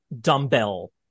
dumbbell